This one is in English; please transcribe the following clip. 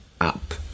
up